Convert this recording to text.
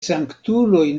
sanktuloj